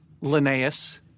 Linnaeus